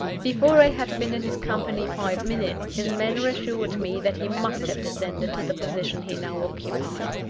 before i had been in his company five minutes, his manner assured me that he must have descended to the position he now occupied.